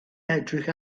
edrych